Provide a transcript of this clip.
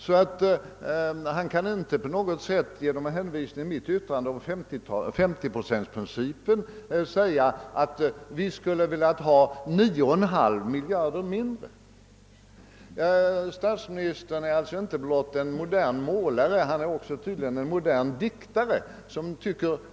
Statsministern kan alltså inte, genom att hänvisa till mitt yttrande — som gällde en femtioprocentssiffra exklusive AP-avgifterna — hävda att vi skulle velat ha 9,5 miljarder kronor mindre i de offentliga kassorna. Herr Erlander är alltså inte blott en modern målare, utan tydligen även en frigjord diktare.